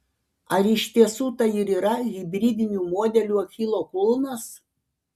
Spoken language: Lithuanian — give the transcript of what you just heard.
ar iš tiesų tai ir yra hibridinių modelių achilo kulnas